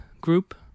Group